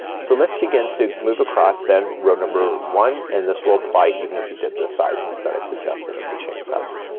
so let's begin to move across then row number one and this will apply even if you did the sizes that i suggested of the chain sizes.